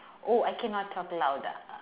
oh I cannot talk louder